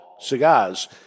cigars